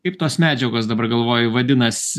kaip tos medžiagos dabar galvoju vadinasi